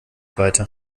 weiter